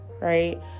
right